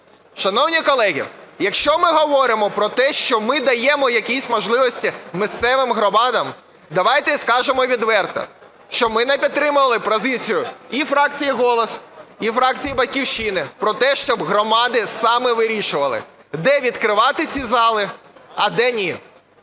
Шановні колеги, якщо ми говоримо про те, що ми даємо якісь можливості місцевим громадам, давайте скажемо відверто, що ми не підтримали позицію і фракції "Голос", і фракції "Батьківщина" про те, щоб громади самі вирішували, де відкривати ці зали, а де – ні.